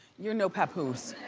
you're no papoose.